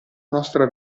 nostra